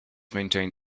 maintained